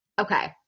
Okay